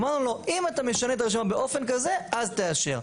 אמרנו לו: אם אתה משנה את הרשימה באופן כזה אז תאשר.